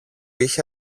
είχε